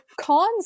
cons